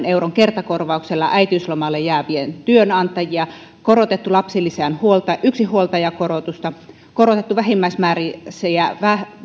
euron kertakorvauksella äitiyslomalle jäävien työnantajia korotettu lapsilisän yksinhuoltajakorotusta korotettu vähimmäismääräisiä